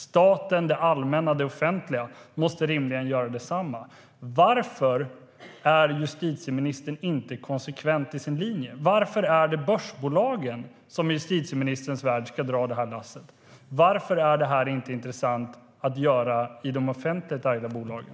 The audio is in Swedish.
Staten, det allmänna, det offentliga måste rimligen göra detsamma. Varför är justitieministern inte konsekvent i sin linje? Varför är det börsbolagen som i justitieministerns värld ska dra det här lasset? Varför är detta inte intressant att göra i de offentligt ägda bolagen?